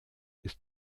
ist